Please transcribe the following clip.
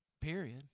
Period